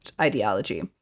ideology